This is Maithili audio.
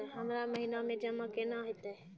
हमरा महिना मे जमा केना हेतै?